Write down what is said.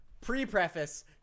pre-preface